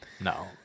No